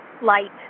light